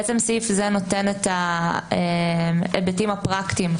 הסעיף הזה נותן את ההיבטים הפרקטיים,